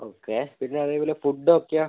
okay പിന്നെ അതേപോല food ഒക്കെയോ